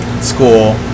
school